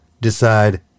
decide